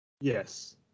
Yes